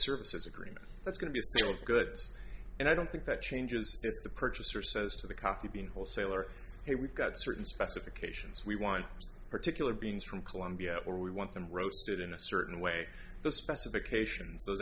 services agreement that's going to be sealed goods and i don't think that changes if the purchaser says to the coffee bean wholesaler hey we've got certain specifications we want particular beings from columbia or we want them roasted in a certain way the specifications those